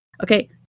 Okay